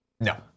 No